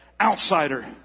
outsider